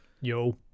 Yo